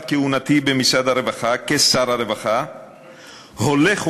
כהונתי במשרד הרווחה כשר הרווחה הולך ומתמסמס.